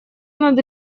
над